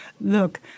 look